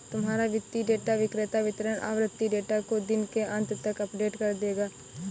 तुम्हारा वित्तीय डेटा विक्रेता वितरण आवृति डेटा को दिन के अंत तक अपडेट कर देगा